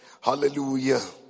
Hallelujah